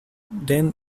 then